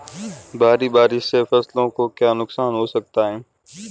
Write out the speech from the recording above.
भारी बारिश से फसलों को क्या नुकसान हो सकता है?